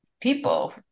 people